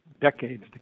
decades